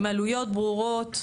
עם עלויות ברורות,